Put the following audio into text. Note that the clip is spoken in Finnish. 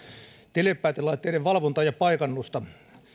telepäätelaitteiden valvontaa ja paikannusta